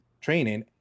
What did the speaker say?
training